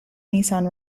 nissan